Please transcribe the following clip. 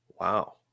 Wow